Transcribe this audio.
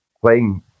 playing